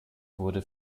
wurde